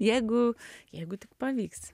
jeigu jeigu tik pavyks